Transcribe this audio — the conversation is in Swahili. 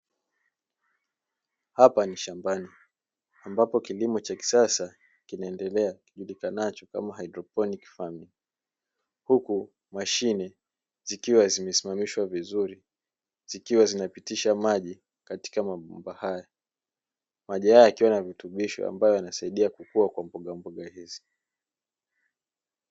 Hapa ni shambani ambapo kilimo cha kisasa kinaendelea kijulikanacho kama hydroponiki farming huku machine zikiwa zimesimamishwa vizuri zikiwa zinapitisha maji katika mabomba haya maji haya yakiwa na virutubisho ambayo yanasaidia kukua kwa mboga mboga hizi.